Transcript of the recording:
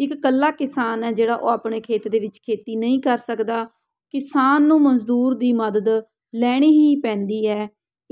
ਇੱਕ ਇਕੱਲਾ ਕਿਸਾਨ ਹੈ ਜਿਹੜਾ ਉਹ ਆਪਣੇ ਖੇਤ ਦੇ ਵਿੱਚ ਖੇਤੀ ਨਹੀਂ ਕਰ ਸਕਦਾ ਕਿਸਾਨ ਨੂੰ ਮਜ਼ਦੂਰ ਦੀ ਮਦਦ ਲੈਣੀ ਹੀ ਪੈਂਦੀ ਹੈ